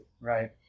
Right